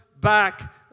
back